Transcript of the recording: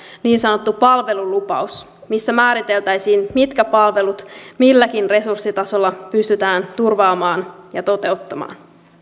niin sanottu palvelulupaus missä määriteltäisiin mitkä palvelut milläkin resurssitasolla pystytään turvaamaan ja toteuttamaan